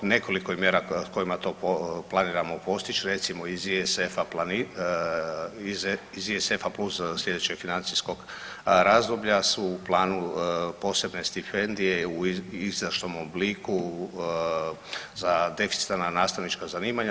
Nekoliko je mjera kojima to planiramo postići recimo iz ISF-a plus sljedećeg financijskog razdoblja su u planu posebne stipendije u izdašnom obliku za deficitarna nastavnička zanimanja.